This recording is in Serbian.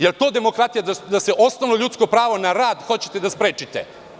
Je li to demokratija, da osnovno ljudsko pravo na rad hoćete da sprečite?